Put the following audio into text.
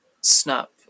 snap